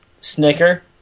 Snicker